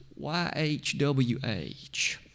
YHWH